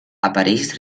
apareix